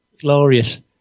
glorious